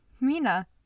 Mina